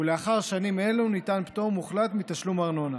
ולאחר שנים אלו ניתן פטור מוחלט מתשלום ארנונה.